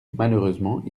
malheureusement